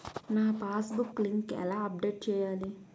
నా passbook ఎలా update చేయాలి?